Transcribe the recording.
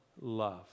love